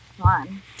one